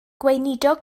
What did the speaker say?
gweinidog